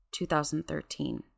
2013